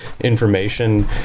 information